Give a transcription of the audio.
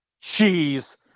Cheese